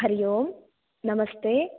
हरि ओम् नमस्ते